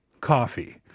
coffee